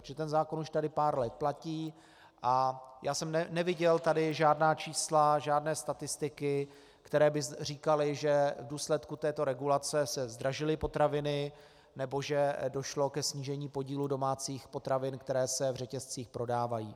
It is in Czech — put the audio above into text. Protože ten zákon už tady pár let platí a já jsem neviděl tady žádná čísla, žádné statistiky, které by říkaly, že v důsledku této regulace se zdražily potraviny nebo že došlo ke snížení podílu domácích potravin, které se v řetězcích prodávají.